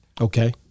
Okay